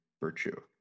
virtue